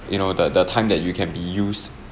you know that the time that you can be used